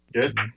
good